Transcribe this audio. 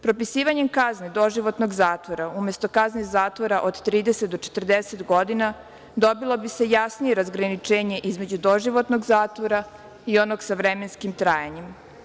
Propisivanjem kazne doživotnog zatvora umesto kazne zatvora od 30 do 40 godina dobilo bi se jasnije razgraničenje između doživotnog zatvora i onog sa vremenskim trajanjem.